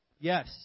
Yes